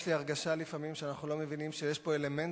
יש לי הרגשה לפעמים שאנחנו לא מבינים שיש פה אלמנט